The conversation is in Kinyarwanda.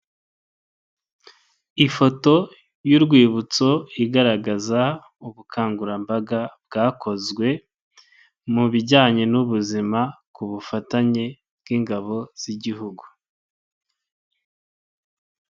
Ifoto y'urwibutso igaragaza ubukangurambaga bwakozwe mu bijyanye n'ubuzima ku bufatanye bw'Ingabo z'igihugu.